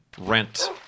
rent